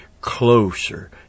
closer